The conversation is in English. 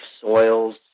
soils